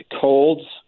colds